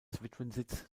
witwensitz